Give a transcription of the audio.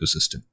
ecosystem